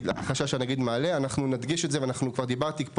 החשש שהנגיד מעלה ואני כבר דיברתי פה